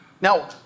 Now